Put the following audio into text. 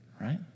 right